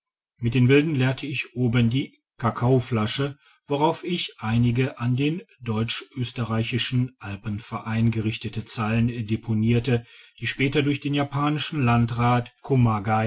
mit den wilden leerte ich oben die kakao flasche worauf ich einige an den deutsch oesterreichischen alpenverein gerichteten zeilen deponierte die später durch den japanischen landrat